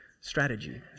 strategy